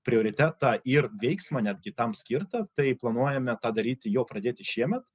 prioritetą ir veiksmą netgi tam skirtą tai planuojame tą daryti jau pradėti šiemet